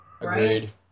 Agreed